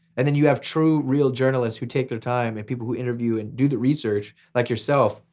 and then you have true, real journalists who take their time and people who interview and do the research, like yourself.